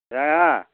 ஏங்க